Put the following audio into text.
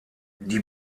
die